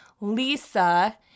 lisa